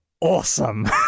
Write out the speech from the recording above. awesome